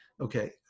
Okay